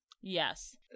Yes